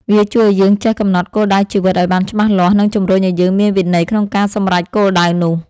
វាជួយឱ្យយើងចេះកំណត់គោលដៅជីវិតឱ្យបានច្បាស់លាស់ និងជំរុញឱ្យយើងមានវិន័យក្នុងការសម្រេចគោលដៅនោះ។